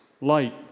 light